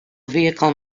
vehicle